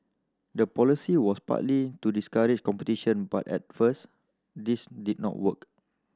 the policy was partly to discourage competition but at first this did not work